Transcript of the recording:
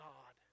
God